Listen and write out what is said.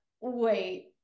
wait